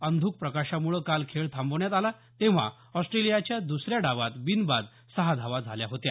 अंध्रक प्रकाशामुळं काल खेळ थांबवण्यात आला तेंव्हा ऑस्ट्रेलियाच्या दसऱ्या डावात बिनबाद सहा धावा झाल्या होत्या